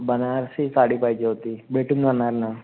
बनारसी साडी पाहिजे होती भेटून जाणार ना